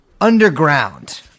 underground